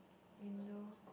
window